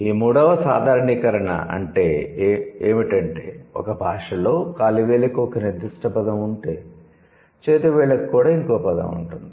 ఈ మూడవ సాధారణీకరణ ఏమిటంటే ఒక భాషలో కాలి వేలుకి ఒక నిర్దిష్ట పదo ఉంటే చేతి వేళ్ళకు కూడా ఇంకో పదం ఉంటుంది